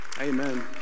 Amen